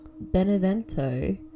Benevento